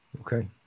Okay